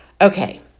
Okay